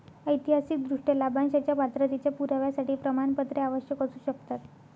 ऐतिहासिकदृष्ट्या, लाभांशाच्या पात्रतेच्या पुराव्यासाठी प्रमाणपत्रे आवश्यक असू शकतात